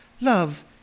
Love